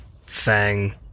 Fang